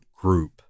group